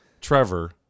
Trevor